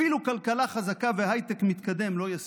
אפילו כלכלה חזקה והייטק מתקדם לא יספיקו.